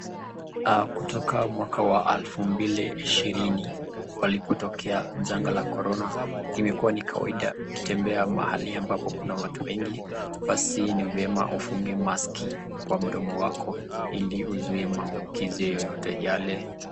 Kutoka mwaka Wa 2020,palipotokea jangwa la korona, imekuwa ni kawaida ukitembea mahali ambapo kuna watu wengi, basi ni vyema ufunge maski kwa mdomo wako, iliuzuie maambukizi yeyote yale.